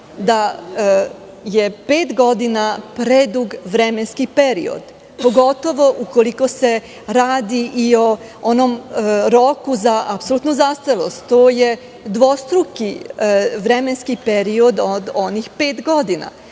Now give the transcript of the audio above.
da je pet godina predug vremenski period, pogotovo ukoliko se radi i o onom roku za apsolutnu zastarelost. To je dvostruki vremenski period od onih pet godina. Dakle,